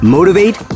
Motivate